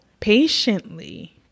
patiently